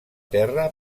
terra